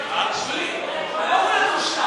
הוא פשוט,